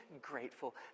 grateful